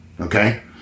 Okay